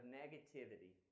negativity